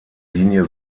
linie